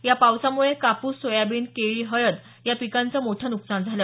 या पावसामुळे कापूस सोयाबीन केळी हळद या पिकांचं मोठं न्कसान झाल